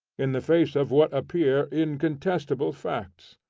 in the face of what appear incontestable facts.